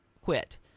quit